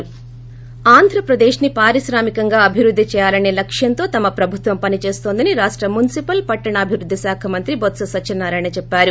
break Andhra Pradesh ని పారిశ్రామికంగా అభివృద్ది చేయాలసే లక్షంతో తమ ప్రభుత్వం పనిచేస్తోందని రాష్ట మున్సిపల్ పట్టణాభివృద్ది శాఖ మంత్రి బొత్స సత్యనారాయణ చెప్పారు